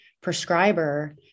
prescriber